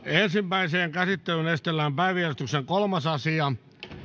ensimmäiseen käsittelyyn esitellään päiväjärjestyksen kolmas asia